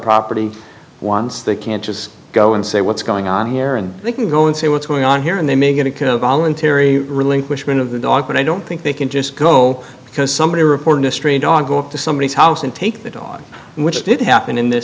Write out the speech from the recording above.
property once they can just go and say what's going on here and they can go and see what's going on here and they may get a kind of voluntary relinquishment of the dog but i don't think they can just go because somebody reported a stray dog go up to somebody's house and take the dog which did happen in this